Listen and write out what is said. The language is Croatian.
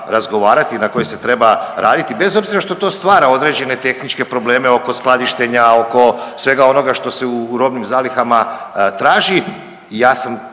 razgovarati i na kojoj se treba raditi bez obzira što to stvara određene tehničke probleme oko skladištenja, oko svega onoga što se u robnim zalihama traži.